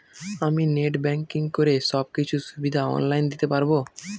আমি net banking করে সব কিছু সুবিধা অন লাইন দিতে পারবো?